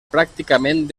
pràcticament